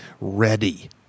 ready